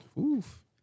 Oof